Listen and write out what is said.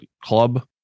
club